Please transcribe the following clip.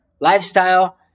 lifestyle